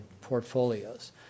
portfolios